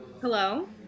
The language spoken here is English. Hello